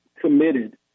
committed